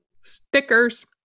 stickers